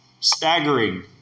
Staggering